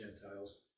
Gentiles